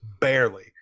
barely